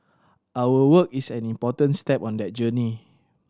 our work is an important step on that journey